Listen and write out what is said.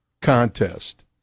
contest